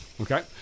Okay